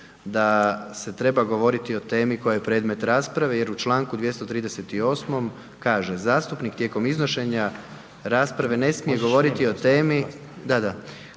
da se treba govoriti o temi koja je predmet rasprave jer u čl. 238 kaže, zastupnik tijekom iznošenja rasprave ne smije govoriti o temi